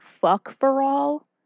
fuck-for-all